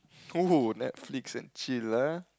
!woo! Netflix and chill ah